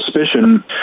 suspicion